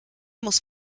muss